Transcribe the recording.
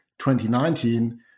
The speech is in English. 2019